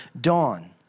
dawn